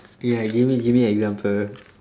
ya give me give me example